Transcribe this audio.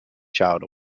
child